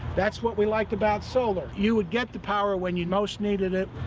that's what we liked about solar. you would get the power when you most needed it.